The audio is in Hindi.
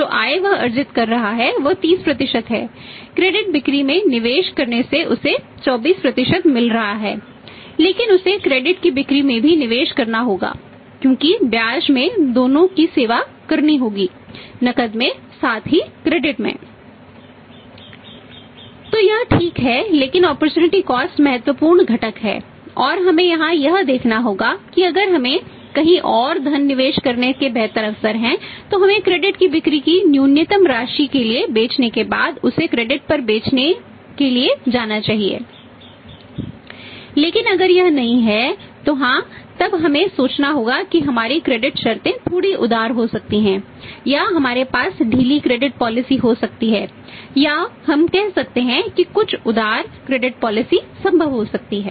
तो यह ठीक है लेकिन अपॉर्चुनिटी कॉस्ट संभव हो सकती है